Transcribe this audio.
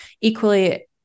equally